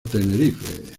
tenerife